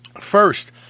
first